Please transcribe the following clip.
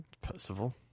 Percival